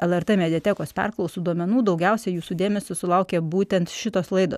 lrt mediatekos perklausų duomenų daugiausia jūsų dėmesio sulaukė būtent šitos laidos